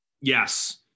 Yes